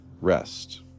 rest